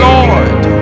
Lord